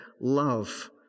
Love